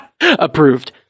approved